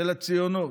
של הציונות,